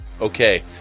Okay